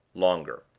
longer.